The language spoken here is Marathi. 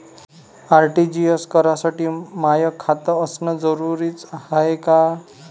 आर.टी.जी.एस करासाठी माय खात असनं जरुरीच हाय का?